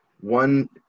one